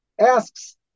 asks